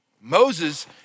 Moses